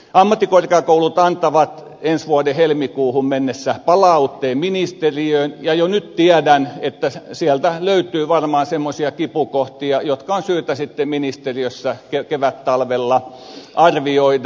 ammattikorkeakoulut antavat ensi vuoden helmikuuhun mennessä palautteen ministeriöön ja jo nyt tiedän että sieltä löytyy varmaan semmoisia kipukohtia jotka on syytä sitten ministeriössä kevättalvella arvioida